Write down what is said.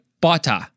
butter